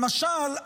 למשל,